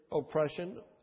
oppression